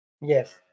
yes